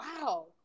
wow